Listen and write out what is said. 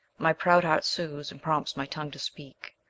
my proud heart sues, and prompts my tongue to speak.